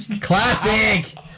Classic